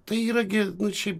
tai yra gi nu šiaip